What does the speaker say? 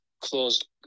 closed